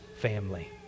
family